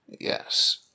Yes